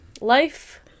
Life